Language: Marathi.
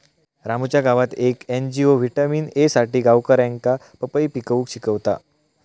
रामूच्या गावात येक एन.जी.ओ व्हिटॅमिन ए साठी गावकऱ्यांका पपई पिकवूक शिकवता